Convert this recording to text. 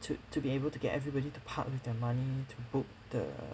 to to be able to get everybody to part with their money to book the